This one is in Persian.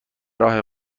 راه